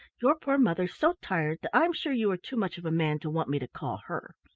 your poor mother's so tired that i'm sure you are too much of a man to want me to call her.